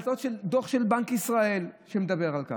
דוח של בנק ישראל שמדבר על כך,